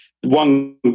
one